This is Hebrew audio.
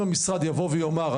אם המשרד יבוא ויאמר,